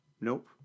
Nope